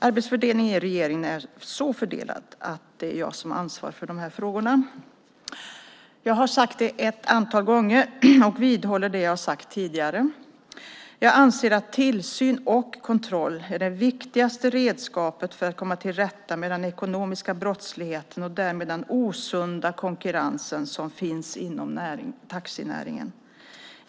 Arbetsfördelningen i regeringen är sådan att det är jag som ansvarar för dessa frågor. Jag har sagt det ett antal gånger och vidhåller det jag sagt tidigare - jag anser att tillsyn och kontroll är det viktigaste redskapet för att komma till rätta med den ekonomiska brottsligheten och därmed den osunda konkurrensen som finns inom taxinäringen.